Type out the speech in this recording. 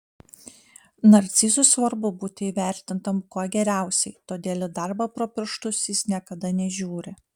narcizui svarbu būti įvertintam kuo geriausiai todėl į darbą pro pirštus jis niekada nežiūri